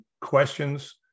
questions